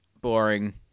boring